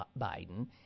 Biden